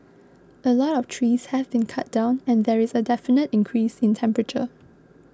a lot of trees have been cut down and there is a definite increase in temperature